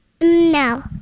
No